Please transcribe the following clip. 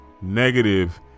negative